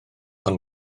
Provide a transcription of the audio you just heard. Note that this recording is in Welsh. ond